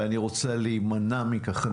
ואני רוצה להימנע מכך.